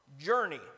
journey